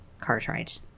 Cartwright